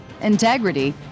integrity